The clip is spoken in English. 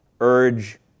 urge